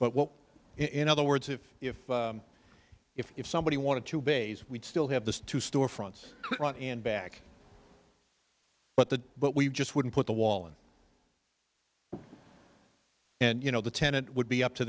what in other words if if if if somebody wanted to baze we'd still have the two storefronts and back but the but we just wouldn't put the wall in and you know the tenant would be up to